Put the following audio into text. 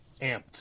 amped